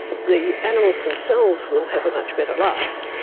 the animals themselves will have a much better life,